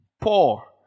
poor